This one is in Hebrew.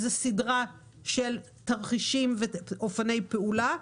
זאת סדרה של תרחישים ואופני פעולה,